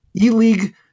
e-league